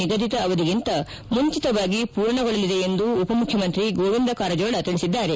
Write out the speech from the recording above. ನಿಗದಿತ ಅವಧಿಗಿಂತ ಮುಂಚಿತವಾಗಿ ಪೂರ್ಣ ಗೊಳ್ಳಲಿದೆ ಎಂದು ಉಪಮುಖ್ಯಮಂತ್ರಿ ಗೋವಿಂದ ಕಾರಜೋಳ ತಿಳಿಸಿದ್ದಾರೆ